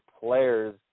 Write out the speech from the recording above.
players